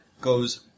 goes